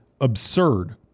absurd